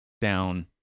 down